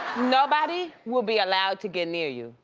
nobody will be allowed to get near you.